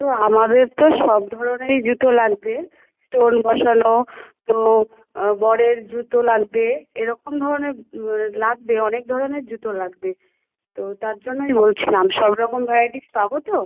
তো আমাদের তো সব ধরনেরই জুতো লাগবে স্টোন বসানো তো বরের জুতো লাগবে এরকম ধরণের লাগবে অনেক ধরনের জুতো লাগবে তো তার জন্যই বলছিলাম সব রকম ভ্যারাইটিস পাবো তো